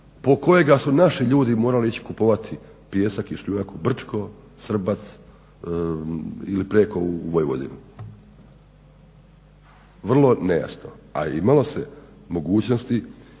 kojega su naši ljudi morali ići kupovati pijesak i šljunak u Brčko, Srbac ili preko u Vojvodinu. Vrlo nejasno, a imalo se mogućnosti